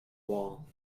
wall